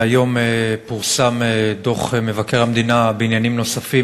היום פורסם דוח מבקר המדינה בעניינים נוספים,